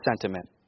sentiment